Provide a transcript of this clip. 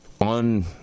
on